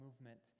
movement